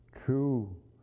True